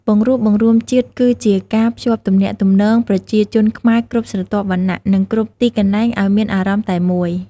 បង្រួបបង្រួមជាតិគឹជាការ ភ្ជាប់ទំនាក់ទំនងប្រជាជនខ្មែរគ្រប់ស្រទាប់វណ្ណៈ និងគ្រប់ទីកន្លែងឲ្យមានអារម្មណ៍តែមួយ។